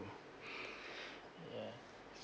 yeah